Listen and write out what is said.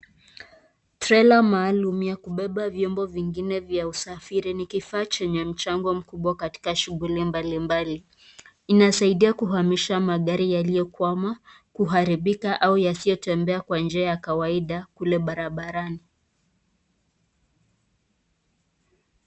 trailor maalum ya kubeba vyombo vingine vya usafiri, ni kifaa chenye kiwango mkubwa katika shuguli mbali mbali inasaidia kuhamisha magari yaliokwama, kuharibika au yasiyo tembea kwa njia ya kawaida kule barabarani